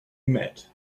mad